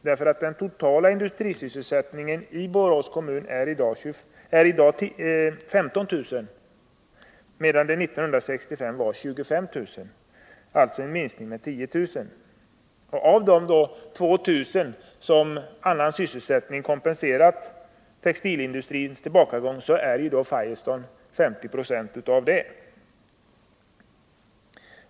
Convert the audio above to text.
Totala antalet industrisysselsatta i Borås kommun är i dag 15 000. 1965 var de 25 000. Det har alltså skett en minskning med 10 000. Av de 2 000 arbetstillfällen som kommit till inom annan sysselsättning för att kompensera textilindustrins tillbakagång svarar Firestone för 50 96.